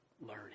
learning